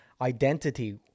identity